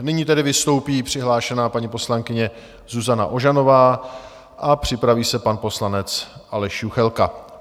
Nyní tedy vystoupí přihlášená paní poslankyně Zuzana Ožanová a připraví se pan poslanec Aleš Juchelka.